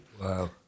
Wow